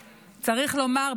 צריך לומר,